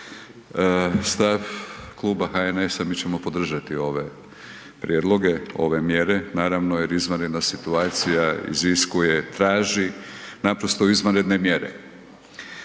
stav Kluba HNS-a, mi ćemo podržati ove prijedloge, ove mjere naravno jer izvanredna situacija iziskuje, traži naprosto izvanredne mjere.